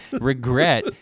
regret